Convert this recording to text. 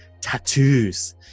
tattoos